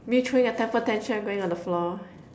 me throwing a temper tantrum and going on the floor